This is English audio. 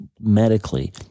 Medically